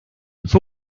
fue